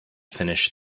finish